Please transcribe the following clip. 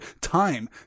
time